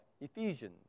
Ephesians